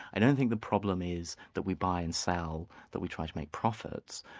i don't think the problem is that we buy and sell, that we try to make profits,